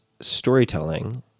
storytelling